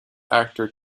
actor